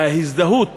וההזדהות